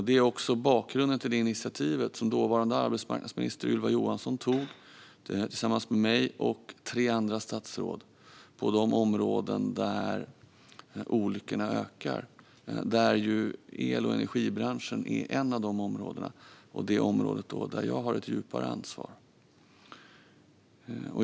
Det är också bakgrunden till initiativet som dåvarande arbetsmarknadsminister Ylva Johansson tog tillsammans med mig och fyra andra statsråd på de områden där olyckorna ökar. El och energibranschen är ett av de områdena och det område där jag har ett djupare ansvar.